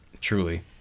Truly